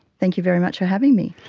thank you very much for having me.